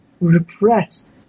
repressed